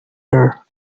her